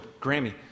Grammy